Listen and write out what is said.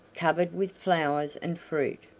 covered with flowers and fruit.